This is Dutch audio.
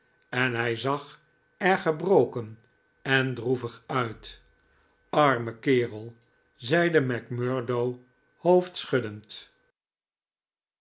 en hij zag er gebroken en droevig uit arme kerel zeide macmurdo